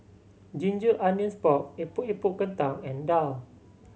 ginger onions pork Epok Epok Kentang and daal